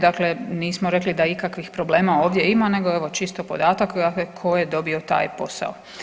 Dakle, nismo rekli da ikakvih problema ovdje ima nego evo čisto podatak dakle tko je dobio taj posao.